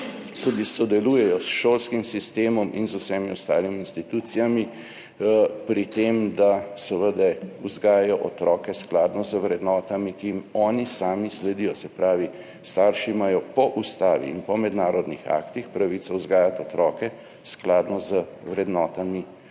tudi sodelujejo s šolskim sistemom in z vsemi ostalimi institucijami. Pri tem, da seveda vzgajajo otroke skladno z vrednotami, ki jim oni sami sledijo. Se pravi, starši imajo po ustavi in po mednarodnih aktih pravico vzgajati otroke skladno z vrednotami,